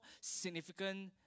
significant